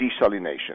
desalination